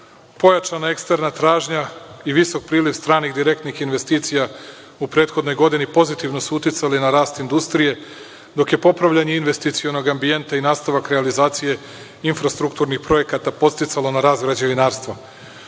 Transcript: Pojačana eksterna tražnja i visok priliv stranih direktnih investicija u prethodnoj godini, pozitivno su uticali na rast industrije, dok je popravljanje investicionog ambijenta i nastavak realizacije infrastrukturnih projekata podsticalo na rast građevinarstva. Osim